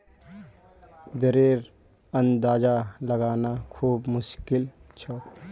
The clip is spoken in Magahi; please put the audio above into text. दरेर अंदाजा लगाना खूब मुश्किल छोक